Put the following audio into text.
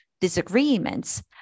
disagreements